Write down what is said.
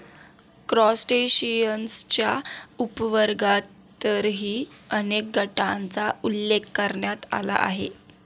क्रस्टेशियन्सच्या उपवर्गांतर्गतही अनेक गटांचा उल्लेख करण्यात आला आहे